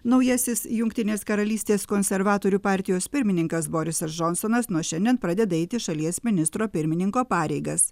naujasis jungtinės karalystės konservatorių partijos pirmininkas borisas džonsonas nuo šiandien pradeda eiti šalies ministro pirmininko pareigas